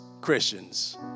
Christians